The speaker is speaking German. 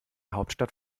hauptstadt